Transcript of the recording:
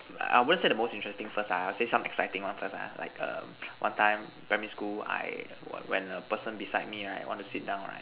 I won't say the most interesting first ah I will say some exciting one first ah like err one time primary school I when a person beside me right want to sit down right